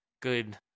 good